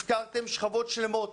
הפקרתם שכבות שלמות.